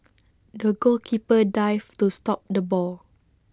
the goalkeeper dived to stop the ball